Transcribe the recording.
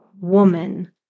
woman